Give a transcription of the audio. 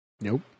Nope